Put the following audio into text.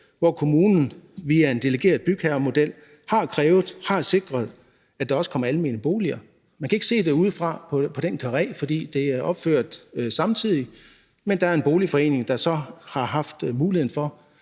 hvor kommunen via en delegeret bygherremodel har krævet, har sikret, at der også kommer almene boliger. Man kan ikke se det udefra på den karré, fordi de er opført samtidig, men der er en boligforening, der har fået mulighed for